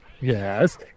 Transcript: Yes